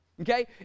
Okay